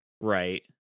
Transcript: right